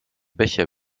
becher